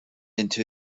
into